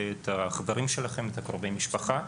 את החברים שלכם וקרובי המשפחה.